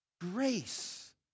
grace